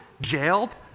jailed